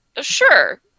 Sure